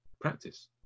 practice